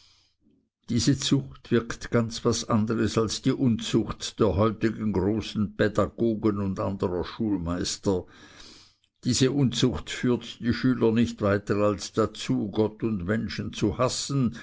diese zucht wirkt ganz was anderes als die unzucht der heutigen großen pädagogen und anderer schulmeister diese unzucht führt die schüler nicht weiter als dazu gott und menschen zu hassen